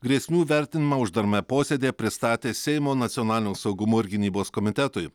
grėsmių vertinimą uždarame posėdyje pristatė seimo nacionalinio saugumo ir gynybos komitetui